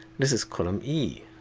this is column e.